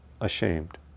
ashamed